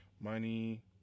money